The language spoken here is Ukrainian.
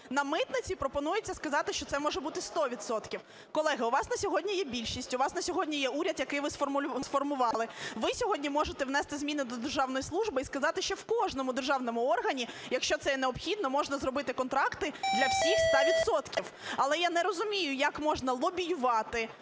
на митниці пропонується сказати, що це може бути 100 відсотків. Колеги, у вас на сьогодні є більшість, у вас на сьогодні є уряд, який ви сформували, ви сьогодні можете внести зміни до державної служби і сказати, що в кожному державному органі, якщо це є необхідно, можна зробити контракти для всіх 100 відсотків. Але я не розумію, як можна лобіювати,